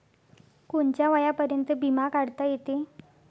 कोनच्या वयापर्यंत बिमा काढता येते?